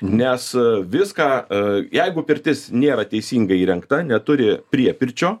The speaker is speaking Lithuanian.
nes viską e jeigu pirtis nėra teisingai įrengta neturi priepirčio